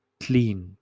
clean